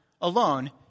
alone